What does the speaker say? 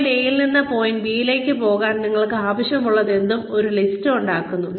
point എയിൽ നിന്ന് B പോയിന്റിലേക്ക് പോകാൻ നിങ്ങൾക്ക് ആവശ്യമുള്ളതെന്തും ഒരു ലിസ്റ്റ് ഉണ്ടാക്കുന്നു